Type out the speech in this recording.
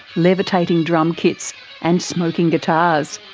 levitating drum kits and smoking guitars.